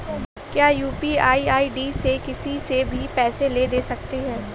क्या UPI ID से किसी से भी पैसे ले दे सकते हैं?